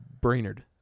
Brainerd